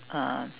uh